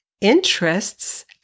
interests